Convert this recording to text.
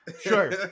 Sure